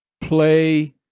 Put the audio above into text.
play